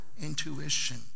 intuition